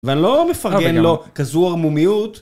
ואני לא מפרגן לו כזו ערמומיות.